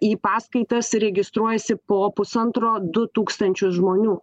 į paskaitas registruojasi po pusantro du tūkstančius žmonių